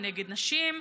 כנגד נשים.